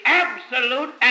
absolute